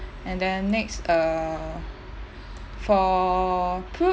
and then next err for